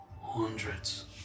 Hundreds